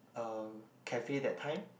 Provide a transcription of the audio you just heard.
uh cafe that time